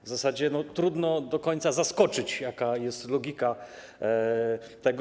W zasadzie trudno do końca zaskoczyć, jaka jest logika tego.